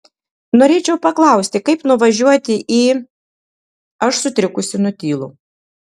norėčiau paklausti kaip nuvažiuoti į aš sutrikusi nutylu